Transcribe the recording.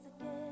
again